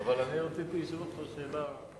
אבל אני רציתי לשאול אותך שאלה.